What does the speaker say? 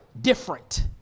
different